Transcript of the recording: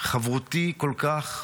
חברותי כל כך,